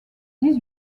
dix